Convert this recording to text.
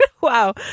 Wow